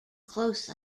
close